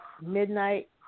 midnight